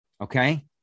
okay